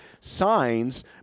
signs